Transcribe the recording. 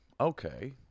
okay